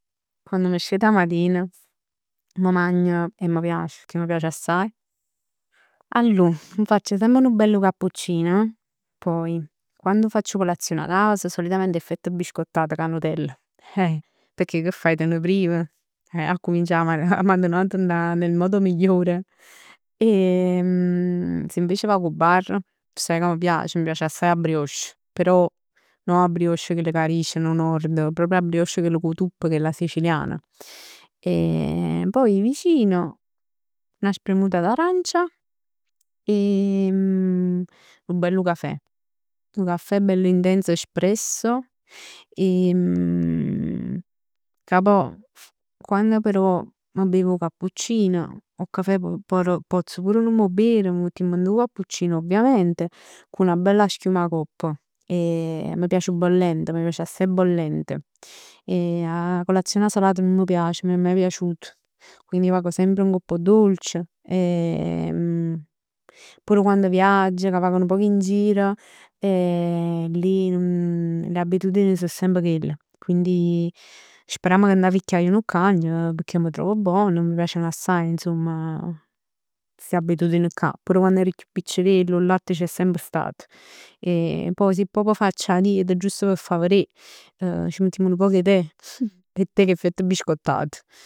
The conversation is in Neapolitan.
Quann m' scet 'a matin m' magn e m' piac, pecchè m' piace assaje. Allor m' facc semp nu bell cappuccin, poi quando faccio colazione 'a cas, solitament 'e fette biscottat cu 'a Nutell. Eh pecchè che fai te ne priv? Eh accuminc 'a matinat, 'a matinat nel modo migliore. Se invece vag 'o bar 'o saje che m' piace? M' piace assaje 'a brioche, però, no 'a brioche chell ca diceno 'o Nord, proprio 'a brioche chell cu 'o tupp, 'a sicilian. E poi vicino, 'na spremuta d'arancia e nu bellu cafè. Nu cafè bello intenso espresso e ca poj, quann però m' bev 'o cappuccino 'o cafè pozz pur nun m' 'o ber, 'o mettim dint 'o cappuccin ovviamente, cu 'na bella schiuma acopp. M' piace bollente, m' piace assaje bollente, e 'a colazione salata nun m' piace, nun m' è mai piaciuta. Quindi vag semp ngopp 'o dolce e pur quando viagg e vag nu poc in gir lì le abitudini so semp chell. Speramm che dint 'a vecchiaia nun cagnan, pecchè m' trov bon, me piaceno assaje st'abitudini ccà. Pur quann ero chiù piccirell 'o latte c'è semp stat e poj si proprj facc 'a dieta, giusto p' fa verè ci mettimm nu poc 'e thè cu 'e fett biscottat.